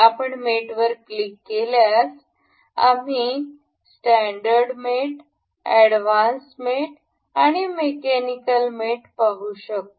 आपण मेटवर क्लिक केल्यास आम्ही स्टॅंडर्ड मेट एडव्हान्स मेट आणि मेकॅनिकल मेट पाहू शकतो